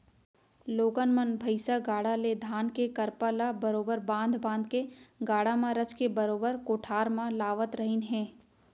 लोगन मन भईसा गाड़ा ले धान के करपा ल बरोबर बांध बांध के गाड़ा म रचके बरोबर कोठार म लावत रहिन हें